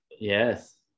Yes